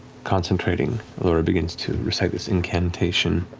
concentrating, allura begins to recite this incantation.